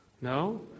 No